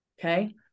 Okay